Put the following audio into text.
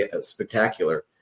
spectacular